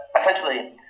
essentially